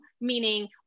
meaning